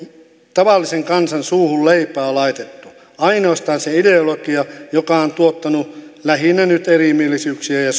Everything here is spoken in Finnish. tavallisen kansan suuhun leipää laitettu ainoastaan se ideologia joka on tuottanut lähinnä nyt erimielisyyksiä ja